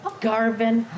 Garvin